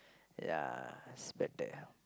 ya expected